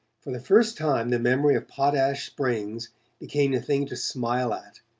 for the first time the memory of potash springs became a thing to smile at,